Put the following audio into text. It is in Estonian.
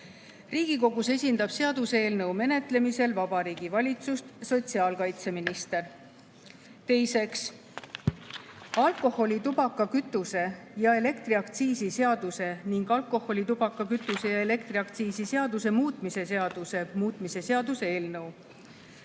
Riigikogus esindab selle seaduseelnõu menetlemisel Vabariigi Valitsust sotsiaalkaitseminister. Teiseks, alkoholi-, tubaka-, kütuse- ja elektriaktsiisi seaduse ning alkoholi-, tubaka-, kütuse- ja elektriaktsiisi seaduse muutmise seaduse muutmise seaduse eelnõu.